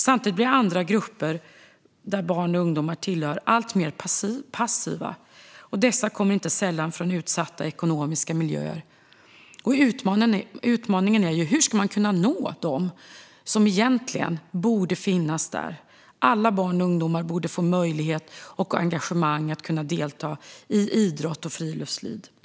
Samtidigt blir andra grupper av barn och ungdomar alltmer passiva, och de kommer inte sällan från utsatta socioekonomiska miljöer. Utmaningen är hur man ska kunna nå dem som egentligen borde finnas där. Alla barn och ungdomar borde få möjlighet att engagera sig och delta i idrott och friluftsliv.